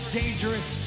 dangerous